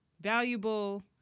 valuable